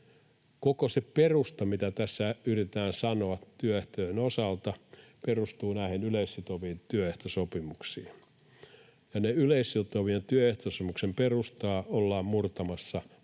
Koko se perusta, mitä tässä yritetään sanoa työehtojen osalta, perustuu näihin yleissitoviin työehtosopimuksiin, ja niiden yleissitovien työehtosopimuksien perustaa ollaan murtamassa